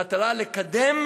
במטרה לקדם